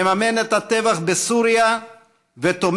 מממן את הטבח בסוריה ותומך